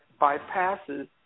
bypasses